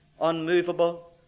unmovable